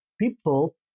people